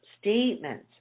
statements